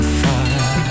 fire